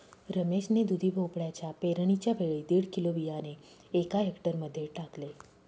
रमेश ने दुधी भोपळ्याच्या पेरणीच्या वेळी दीड किलो बियाणे एका हेक्टर मध्ये टाकले